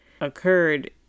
occurred